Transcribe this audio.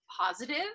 positive